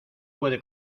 puede